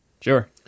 Sure